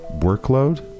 workload